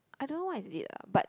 I don't know what is it ah but